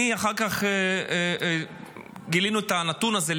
אחר כך גילינו את הנתון הזה,